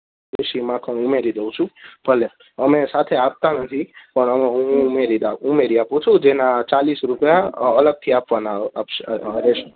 દેશી માખણ ઉમેરી દઉં છું ભલે અમે સાથે આપતા નથી પણ આમાં હું ઉમેરી નાખું ઉમેરી આપું છું જેના ચાલીસ રૂપિયા અલગથી આપવાના અલગ રહેશે